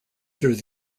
through